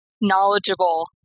knowledgeable